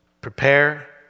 Prepare